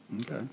Okay